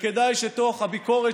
וכדאי שתוך הביקורת,